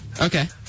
Okay